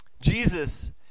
Jesus